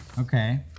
Okay